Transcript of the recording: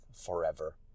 forever